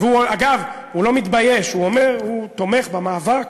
ואגב, הוא לא מתבייש, הוא אומר שהוא תומך במאבק